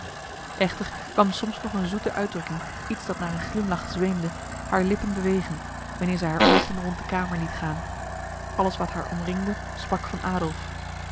echter kwam soms nog een zoete uitdrukking iets dat naar een glimlach zweemde haar lippen bewegen wanneer zij haar ogen rond de kamer liet gaan alles wat haar omringde sprak van adolf